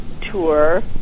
tour